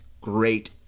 great